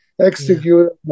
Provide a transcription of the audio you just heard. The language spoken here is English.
execute